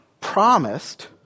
promised